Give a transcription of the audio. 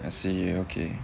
I see okay